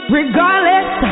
regardless